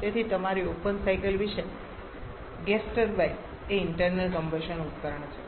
તેથી તમારી open cycle gas turbine એ ઇન્ટરનલ કમ્બશન ઉપકરણ છે